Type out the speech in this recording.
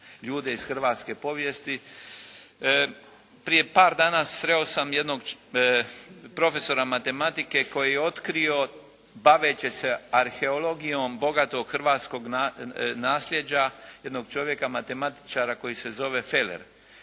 ljude iz hrvatske povijesti. Prije par dana sreo sam jednog profesora matematike koji je otkrio baveći se arheologijom bogatog hrvatskog nasljeđa, jednog čovjeka matematičara koji se zove Feler.